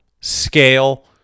scale